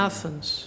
Athens